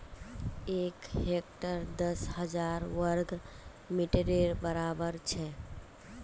एक हेक्टर दस हजार वर्ग मिटरेर बड़ाबर छे